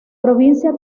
provincia